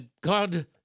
God